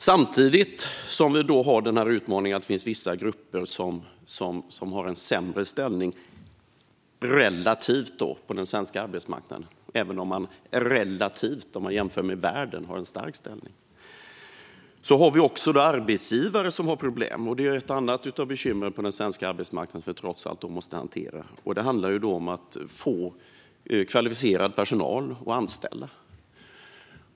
Samtidigt som vi har utmaningen att det finns vissa grupper som har en sämre ställning på den svenska arbetsmarknaden, även om de relativt sett har en stark ställning om man jämför med världen, har vi arbetsgivare som har problem. Det finns ett annat bekymmer på svensk arbetsmarknad som måste hanteras, och det handlar om att få kvalificerad personal att anställa.